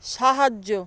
সাহায্য